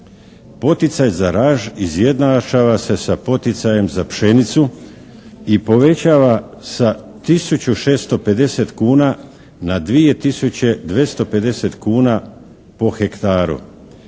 poticaj za raž izjednačava se sa poticajem za pšenicu i povećava sa tisuću 650 kuna na 2 tisuće 250 kuna po hektaru.